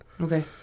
okay